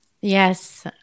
Yes